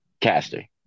Caster